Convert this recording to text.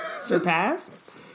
surpassed